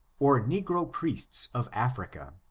or negro priests of africa.